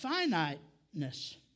finiteness